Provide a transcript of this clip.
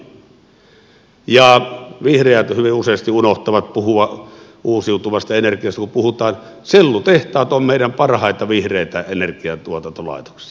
vihreät hyvin useasti unohtavat puhua uusiutuvasta energiasta kun puhutaan että sellutehtaat ovat meidän parhaita vihreitä energiantuotantolaitoksia